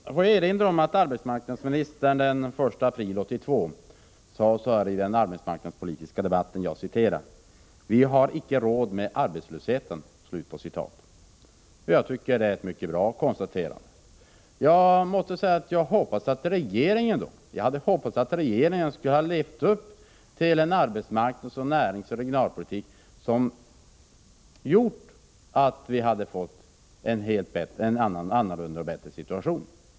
Låt mig erinra om att arbetsmarknadsministern den 1 april 1982 sade så här i den arbetsmarknadspolitiska debatten: ”Vi har icke råd med arbetslösheten.” Jag tycker att det är ett mycket bra konstaterande, och jag hade hoppats att regeringen skulle ha fört en arbetsmarknads-, näringsoch regionalpolitik som gjort att vi hade fått en annorlunda och bättre situation.